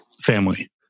family